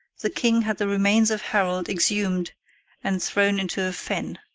the king had the remains of harold exhumed and thrown into a fen.